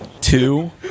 two